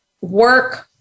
work